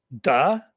Duh